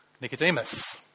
Nicodemus